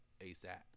ASAP